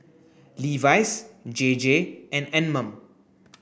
Levi's J J and Anmum